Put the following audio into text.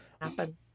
happen